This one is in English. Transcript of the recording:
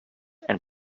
and